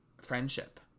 friendship